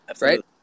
right